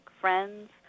friends